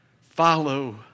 Follow